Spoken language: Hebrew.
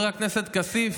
חבר הכנסת כסיף,